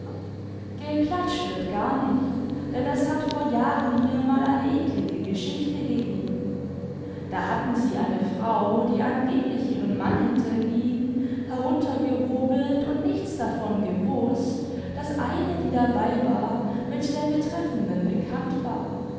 geklatscht wird gar nicht denn es hat vor jahren hier mal eine eklige geschichte gegeben da hatten sie eine frau die angeblich ihren mann hinterging henintergehobelt und nichts davon gewußt daß eine die dabei war mit der betreffenden bekannt war